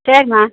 சரிம்மா